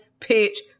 pitch